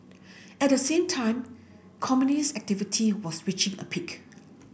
at same time communist activity was reaching a peak